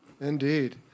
Indeed